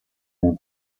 nel